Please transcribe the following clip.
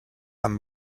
han